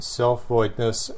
self-voidness